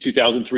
2003